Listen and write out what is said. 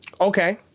Okay